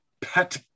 pet